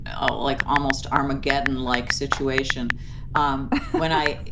oh, like almost armageddon like situation um when i.